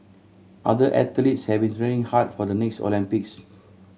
other athletes have been training hard for the next Olympics